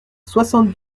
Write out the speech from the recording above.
soixante